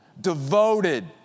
devoted